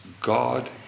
God